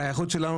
היכולת שלנו,